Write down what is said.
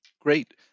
Great